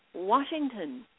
Washington